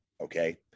Okay